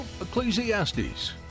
Ecclesiastes